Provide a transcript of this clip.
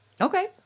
Okay